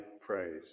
praise